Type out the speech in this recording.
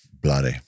bloody